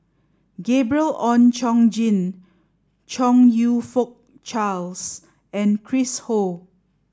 Gabriel Oon Chong Jin Chong You Fook Charles and Chris Ho